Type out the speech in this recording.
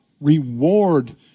reward